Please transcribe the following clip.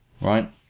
right